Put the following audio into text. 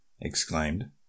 exclaimed